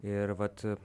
ir vat